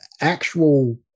actual